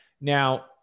Now